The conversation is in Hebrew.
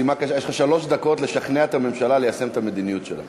משימה קשה: יש לך שלוש דקות לשכנע את הממשלה ליישם את המדיניות שלה.